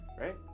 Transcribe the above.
right